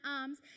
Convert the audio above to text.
arms